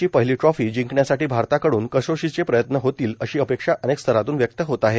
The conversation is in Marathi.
ची पहिली टॉफी जिंकण्यासाठी भारताकड़न कसोशीचे प्रयन्त होतील अशी अपेक्षा अनेक स्तरातून व्यक्त होतं आहे